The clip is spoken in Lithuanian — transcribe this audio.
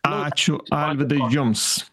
ačiū alvydai jums